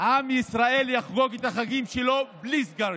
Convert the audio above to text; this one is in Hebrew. שעם ישראל יחגוג את החגים שלו בלי סגרים.